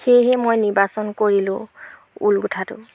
সেয়েহে মই নিৰ্বাচন কৰিলোঁ ঊল গোঁঠাতো